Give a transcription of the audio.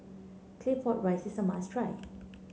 Claypot Rice is a must try